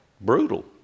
brutal